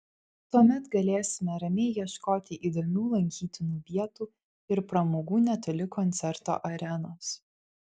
tuomet galėsime ramiai ieškoti įdomių lankytinų vietų ir pramogų netoli koncerto arenos